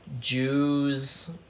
Jews